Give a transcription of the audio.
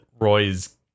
Roy's